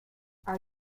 are